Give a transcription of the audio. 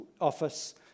office